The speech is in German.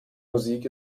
musik